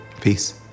Peace